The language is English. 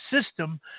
system